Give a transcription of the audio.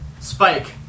spike